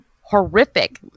horrific